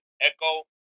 echo